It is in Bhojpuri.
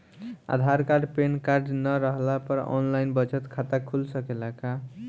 आधार कार्ड पेनकार्ड न रहला पर आन लाइन बचत खाता खुल सकेला का?